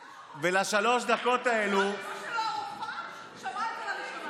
ולשלוש הדקות האלה, רק עכשיו היא שמעה את זה?